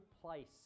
place